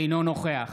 אינו נוכח